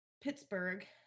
Pittsburgh